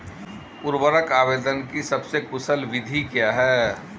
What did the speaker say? उर्वरक आवेदन की सबसे कुशल विधि क्या है?